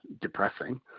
depressing